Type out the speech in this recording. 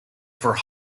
for